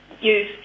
use